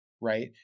right